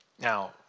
Now